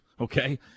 Okay